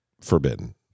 Forbidden